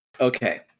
Okay